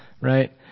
right